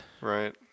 Right